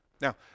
Now